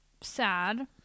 Sad